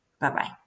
Bye-bye